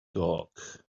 talk